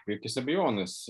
be jokios abejonės